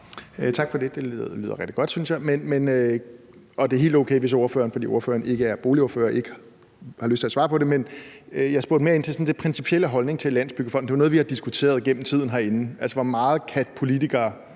Tak for det. Det synes jeg lyder rigtig godt. Og det er helt okay, hvis ordføreren, fordi ordføreren ikke er boligordfører, ikke har lyst at svare på det, men jeg spurgte mere ind til den principielle holdning til Landsbyggefonden. Det er jo noget, vi har diskuteret gennem tiden herinde, altså hvor meget politikere